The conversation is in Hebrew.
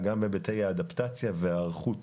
אלא גם בהיבטי האדפטציה וההיערכות